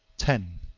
ten.